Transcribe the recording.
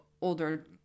older